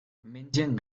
mengen